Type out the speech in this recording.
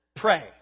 Pray